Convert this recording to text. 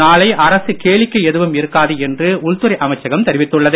நாளை அரசு கேளிக்கை எதுவும் இருக்காது என்று உள்துறை அமைச்சகம் தெரிவித்துள்ளது